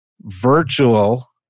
virtual